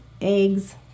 eggs